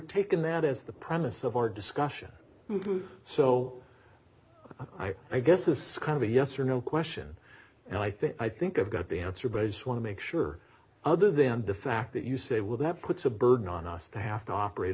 taken that is the promise of our discussion so i guess this kind of a yes or no question and i think i think i've got the answer but i just want to make sure other than the fact that you say will that puts a burden on us to have to operate